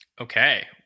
Okay